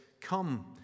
come